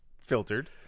filtered